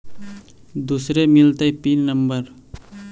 दुसरे मिलतै pin number?